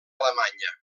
alemanya